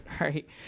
right